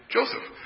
Joseph